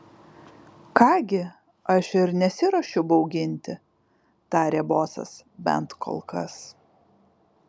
ką gi aš ir nesiruošiu bauginti tarė bosas bent kol kas